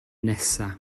nesaf